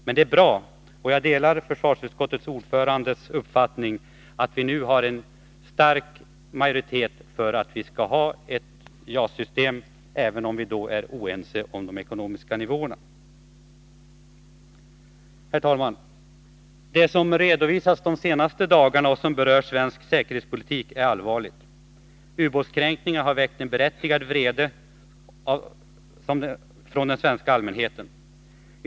Men det är bra, och jag delar försvarsutskottets ordförandes uppfattning att vi nu har en stark majoritet för att vi skall ha ett JAS-system, även om vi är oense om de ekonomiska nivåerna. Herr talman! Det som har redovisats de senaste dagarna och som berör svensk säkerhetspolitik är allvarligt. Ubåtskränkningarna har väckt berättigad vrede hos den svenska allmänheten.